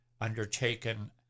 undertaken